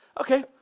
okay